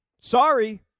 Sorry